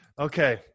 Okay